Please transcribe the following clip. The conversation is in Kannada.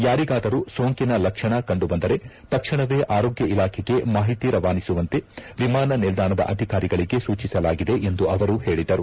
ಯಾರಿಗಾದರೂ ಸೋಂಕಿನ ಲಕ್ಷಣ ಕಂಡುಬಂದರೆ ತಕ್ಷಣವೇ ಆರೋಗ್ಯ ಇಲಾಖೆಗೆ ಮಾಹಿತಿ ರವಾನಿಸುವಂತೆ ವಿಮಾನ ನಿಲ್ದಾಣದ ಅಧಿಕಾರಿಗಳಿಗೆ ಸೂಚಿಸಲಾಗಿದೆ ಎಂದು ಅವರು ತಿಳಿಸಿದರು